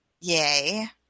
Yay